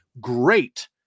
great